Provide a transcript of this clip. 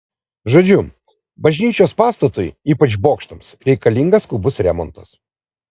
žodžiu bažnyčios pastatui ypač bokštams reikalingas skubus remontas